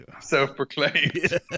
Self-proclaimed